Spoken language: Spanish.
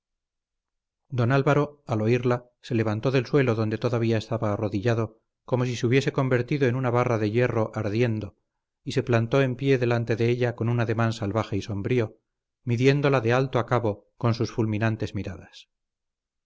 don álvaro al oírla se levantó del suelo donde todavía estaba arrodillado como si se hubiese convertido en una barra de hierro ardiendo y se plantó en pie delante de ella con un ademán salvaje y sombrío midiéndola de alto a bajo con sus fulminantes miradas